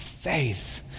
faith